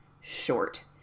short